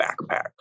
backpacks